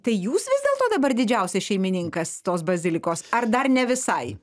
tai jūs vis dėlto dabar didžiausias šeimininkas tos bazilikos ar dar ne visai